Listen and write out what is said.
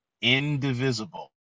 indivisible